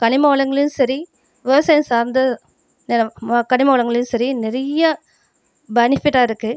கனிம வளங்களையும் சரி விவசாயம் சார்ந்த நிலம் கனிம வளங்களையும் சரி நிறைய பெனிஃபிட்டாக இருக்கு